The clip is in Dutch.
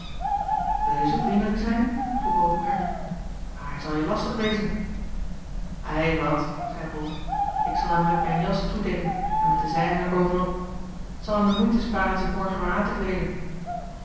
leveren wilje zoo vriendelijk zijn vroeg hoogenberg maar hij zal je lastig wezen ei wat zeî bol ik zal hem met mijn jas toedekken en met den zijnen er bovenop t zal hem de moeite sparen zich morgen weêr aan te kleeden